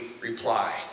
reply